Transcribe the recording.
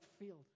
field